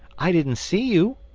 i didn't see you.